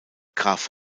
graf